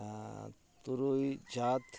ᱟᱨᱻ ᱛᱩᱨᱩᱭ ᱪᱟᱹᱛ